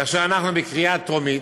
כאשר אנחנו בקריאה טרומית,